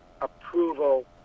approval